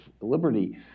Liberty